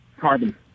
Carbon